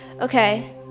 okay